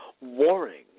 warring